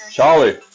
Charlie